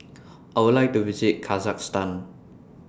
I Would like to visit Kazakhstan